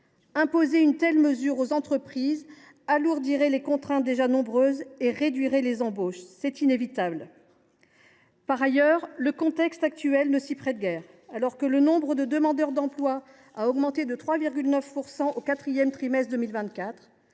imposer une telle mesure aux entreprises alourdirait les contraintes, déjà nombreuses, et réduirait les embauches. C’est inévitable. Par ailleurs, le contexte actuel ne s’y prête guère, le nombre de demandeurs d’emploi ayant augmenté de 3,9 % au quatrième trimestre 2024,